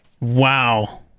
Wow